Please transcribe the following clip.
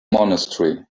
monastery